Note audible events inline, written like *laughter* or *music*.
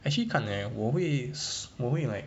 actually 看 eh 我会 *noise* 我会 like